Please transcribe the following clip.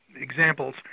examples